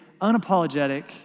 unapologetic